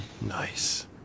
Nice